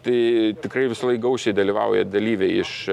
tai tikrai visąlaik gausiai dalyvauja dalyviai iš